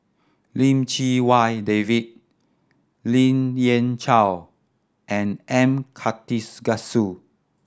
Lim Chee Wai David Lien Ying Chow and M Karthigesu